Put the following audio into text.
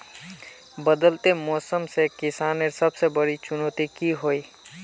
बदलते मौसम से किसानेर सबसे बड़ी चुनौती की होय?